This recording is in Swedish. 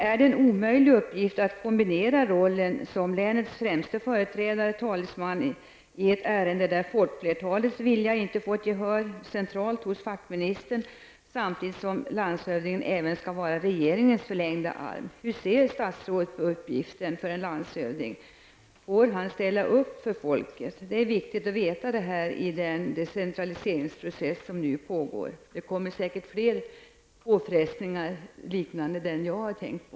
Är det en omöjlig uppgift att kombinera rollen som länets främste företrädare, talesman, i ett ärende där folkflertalets vilja inte fått gehör centralt hos fackministern, samtidigt som landshövdingen även skall vara regeringens förlängda arm? Hur ser statsrådet på uppgiften för en landshövding? Får han eller hon ställa upp för folket? Det är viktigt att veta i den decentraliseringsprocess som nu pågår. Det kommer säkert fler påfrestningar liknande den jag har tänkt på.